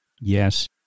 Yes